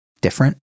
different